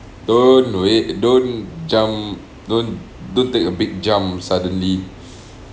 don't wait don't jump don't don't take a big jump suddenly